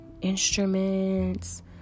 instruments